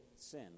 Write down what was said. sin